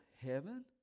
heaven